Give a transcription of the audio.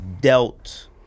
dealt